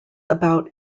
about